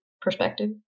perspective